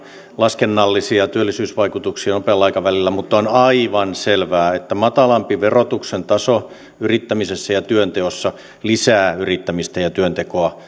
laskennallisia työllisyysvaikutuksia nopealla aikavälillä mutta on aivan selvää että matalampi verotuksen taso yrittämisessä ja työnteossa lisää yrittämistä ja työntekoa